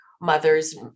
mothers